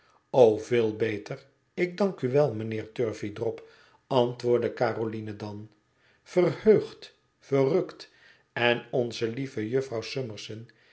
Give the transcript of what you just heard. veel beter ik dank u wel mijnheer turveydrop antwoordde caroline dan verheugd verrukt en onze lieve jufvrouw summerson